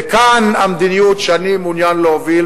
וכאן המדיניות שאני מעוניין להוביל,